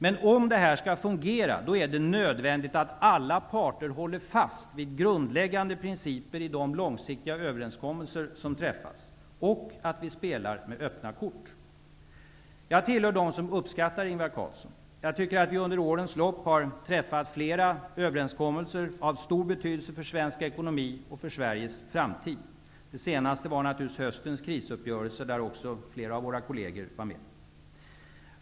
Men om detta skall fungera är det nödvändigt att alla parter håller fast vid grundläggande principer i de långsiktiga överenskommelser som träffas och att vi spelar med öppna kort. Jag tillhör dem som uppskattar Ingvar Carlsson. Jag tycker att vi under årens lopp har träffat flera överenskommelser av stor betydelse för svensk ekonomi och för Sveriges framtid. De senaste var höstens krisuppgörelser där också flera av våra kolleger fanns med.